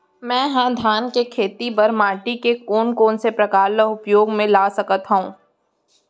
मै ह धान के खेती बर माटी के कोन कोन से प्रकार ला उपयोग मा ला सकत हव?